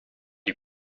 you